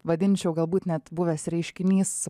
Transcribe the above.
vadinčiau galbūt net buvęs reiškinys